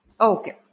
okay